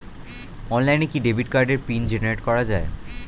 অনলাইনে কি ডেবিট কার্ডের পিন জেনারেট করা যায়?